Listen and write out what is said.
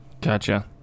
Gotcha